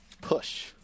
push